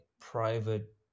private